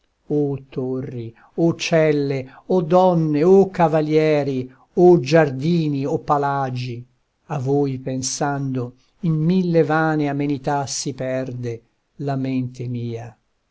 o torri o celle o donne o cavalieri o giardini o palagi a voi pensando in mille vane amenità si perde la mente mia